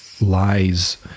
lies